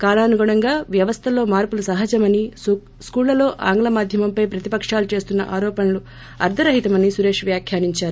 కాలానుగుణంగా వ్యవస్లల్లోను మార్పులు సహజమని స్కూళ్ళలో ఆంగ్లమాధ్యమంపై ప్రతిపకాలు చేస్తున్న ఆరోపణలు అర్షరహితమని సురేష్ వ్యాఖ్యానించారు